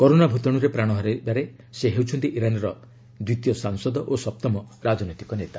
corona ଭୂତାଣୁରେ ପ୍ରାଣ ହରାଇବାରେ ସେ ହେଉଛନ୍ତି ଇରାନ୍ର ଦ୍ୱିତୀୟ ସାଂସଦ ଓ ସପ୍ତମ ରାଜନୈତିକ ନେତା